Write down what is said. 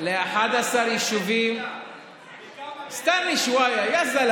מהם, ל-11 יישובים, לכמה מהם, בנייה?